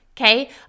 Okay